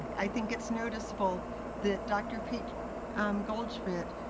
i think it's noticeable that dr. pete goldschmidt,